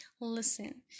Listen